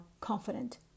confident